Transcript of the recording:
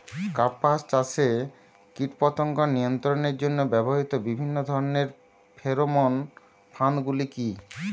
কাপাস চাষে কীটপতঙ্গ নিয়ন্ত্রণের জন্য ব্যবহৃত বিভিন্ন ধরণের ফেরোমোন ফাঁদ গুলি কী?